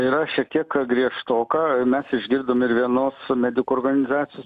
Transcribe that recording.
yra šiek tiek griežtoka mes išgirdom ir vienos medikų organizacijos